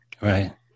right